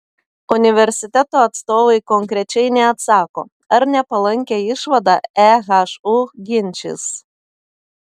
universiteto atstovai konkrečiai neatsako ar nepalankią išvadą ehu ginčys